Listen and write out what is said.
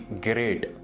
great